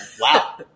Wow